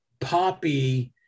Poppy